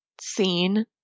seen